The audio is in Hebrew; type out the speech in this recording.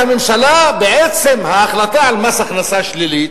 הרי הממשלה, בעצם ההחלטה על מס הכנסה שלילי,